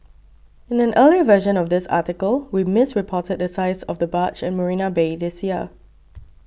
in an earlier version of this article we misreported the size of the barge at Marina Bay this year